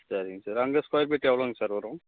சரிங்க சார் அங்கே square feet எவ்வளோங்க சார் வரும்